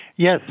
Yes